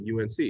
UNC